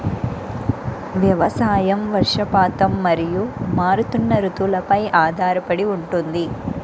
వ్యవసాయం వర్షపాతం మరియు మారుతున్న రుతువులపై ఆధారపడి ఉంటుంది